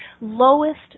lowest